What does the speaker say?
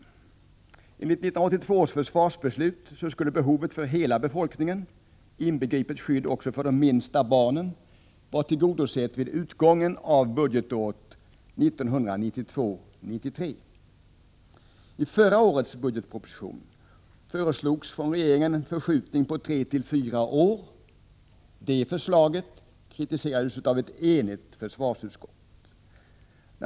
Enligt 1982 års försvarsbeslut skulle behovet för hela befolkningen, inbegripet behovet av skydd också för de minsta barnen, vara tillgodosett vid utgången av budgetåret 1992/93. I förra årets budgetproposition föreslog regeringen en förskjutning på tre fyra år. Det förslaget kritiserades av ett enigt försvarsutskott.